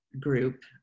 group